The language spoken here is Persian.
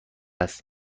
است